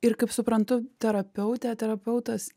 ir kaip suprantu terapeutė terapeutas